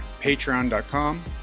patreon.com